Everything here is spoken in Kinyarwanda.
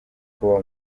kuba